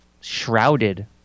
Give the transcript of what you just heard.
shrouded